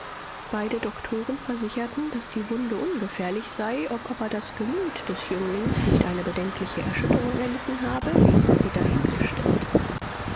beide doktoren versicherten daß die wunde ungefährlich sei ob aber das gemüt des jünglings nicht eine bedenkliche erschütterung erlitten habe ließen sie dahingestellt